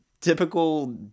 typical